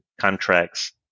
contracts